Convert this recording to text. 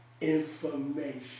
information